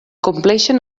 compleixen